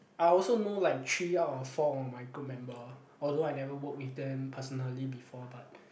I also know like three out of four of my group member although I never work with them personally before but